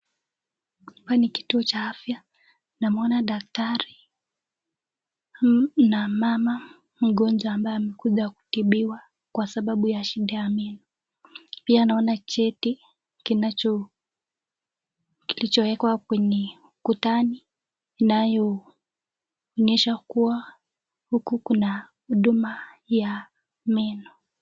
Hapa ni kituo cha afya. Namuona daktari na mama mgonjwa ambaye amekuja kutibiwa kwa sababu ya shida ya meno. Pia naona cheti kinacho kiliwekwa kwenye ukutani kinachoonyesha kuwa huku kuna huduma ya meno.